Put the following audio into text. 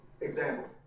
Example